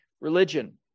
religion